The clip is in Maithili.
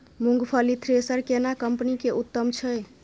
मूंगफली थ्रेसर केना कम्पनी के उत्तम छै?